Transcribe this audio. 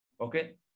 Okay